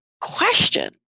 question